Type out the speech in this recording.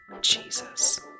Jesus